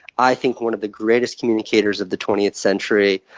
i think, one of the greatest communicators of the twentieth century,